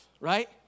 right